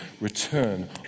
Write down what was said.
return